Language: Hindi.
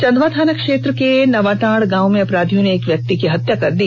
चंदवा थाना क्षेत्र के नावाटांड़ गांव में अपराधियों ने एक व्यक्ति की हत्या कर दी